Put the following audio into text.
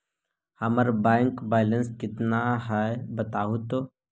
हमर bank balance केतना है बताहु तो?